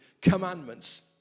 commandments